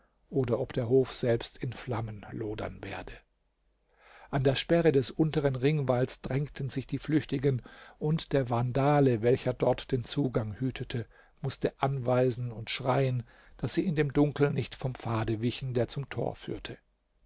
oder ob der hof selbst in flammen lodern werde an der sperre des unteren ringwalls drängten sich die flüchtigen und der vandale welcher dort den zugang hütete mußte anweisen und schreien daß sie in dem dunkel nicht vom pfade wichen der zum tor führte